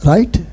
Right